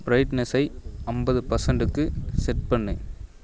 ப்ரைட்னஸ்ஸை ஐம்பது பர்சண்ட்டுக்கு செட் பண்ணு